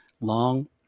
long